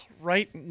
right